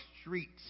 streets